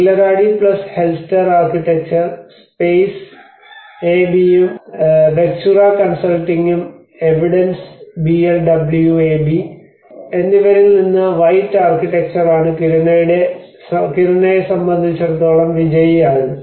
Ghillaradi Hellsten architecture Space Space എബിയും Vectura കൺസൾട്ടിംഗും evidence BLW AB Ghillaradi Hellsten architecture Space Space AB and Vectura consulting and evidence BLW AB ഇവരിൽനിന്ന് white architecture 'white architecture' ആണ് കിരുണയെ സംബന്ധിച്ചിടത്തോളം വിജയിയായത്